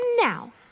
now